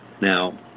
Now